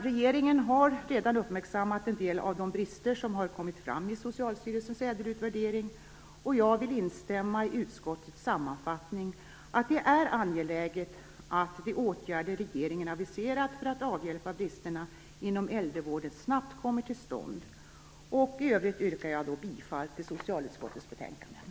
Regeringen har redan uppmärksammat en del av de brister som har kommit fram i Socialstyrelsens ÄDEL-utvärdering, och jag vill instämma i utskottets sammanfattning, att det är angeläget att de åtgärder som regeringen har aviserat för att avhjälpa bristerna inom äldrevården snabbt kommer till stånd. I övrigt yrkar jag bifall till hemställan i socialutskottets betänkande.